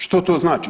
Što to značI?